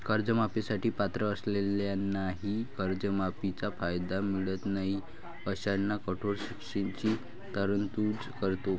कर्जमाफी साठी पात्र असलेल्यांनाही कर्जमाफीचा कायदा मिळत नाही अशांना कठोर शिक्षेची तरतूद करतो